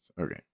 Okay